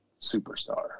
superstar